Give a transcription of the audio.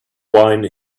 wine